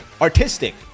Artistic